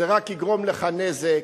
זה רק יגרום לך נזק.